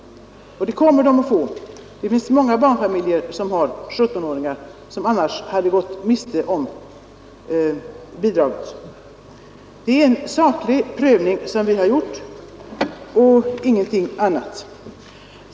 Det finns många barnfamiljer med 17-åringar som annars skulle ha gått miste om bidrag. Det är en saklig prövning vi har gjort, ingenting annat.